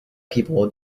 people